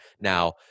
Now